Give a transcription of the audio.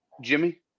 Jimmy